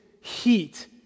heat